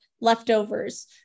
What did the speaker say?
leftovers